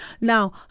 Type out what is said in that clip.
now